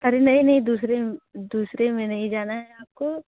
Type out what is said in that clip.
अरे नहीं नहीं दूसरे दूसरे में नहीं जाना है आपको